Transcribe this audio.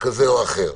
כזה או אחר.